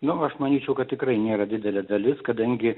nu aš manyčiau kad tikrai nėra didelė dalis kadangi